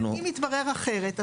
אבל אם יתברר אחרת,